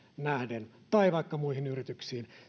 nähden tai vaikka muiden maidenkin yrityksiin